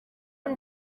ari